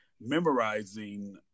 memorizing